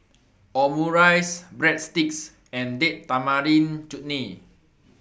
Omurice Breadsticks and Date Tamarind Chutney